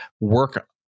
work